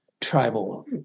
tribal